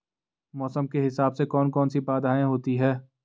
मौसम के हिसाब से कौन कौन सी बाधाएं होती हैं?